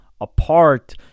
apart